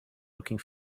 looking